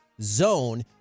zone